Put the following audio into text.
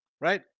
right